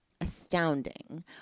astounding